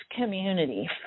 community